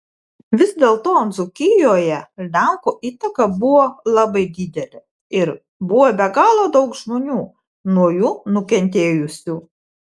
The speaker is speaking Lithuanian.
vis dėlto dzūkijoje lenkų įtaka buvo labai didelė ir buvo be galo daug žmonių nuo jų nukentėjusių